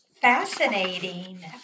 Fascinating